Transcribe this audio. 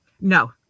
No